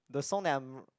the song that I'm